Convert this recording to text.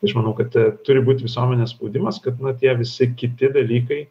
tai aš manau kad turi būt visuomenės spaudimas kad na tie visi kiti dalykai